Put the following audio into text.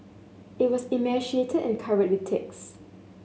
it was emaciated and covered with ticks